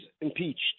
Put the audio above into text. impeached